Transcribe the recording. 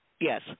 Yes